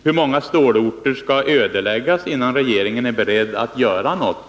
Hur många stålorter skall ödeläggas innan regeringen är beredd att göra något?